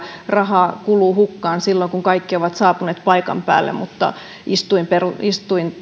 rahaa kuluu hukkaan silloin kun kaikki ovat saapuneet paikan päälle mutta istunto